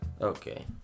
Okay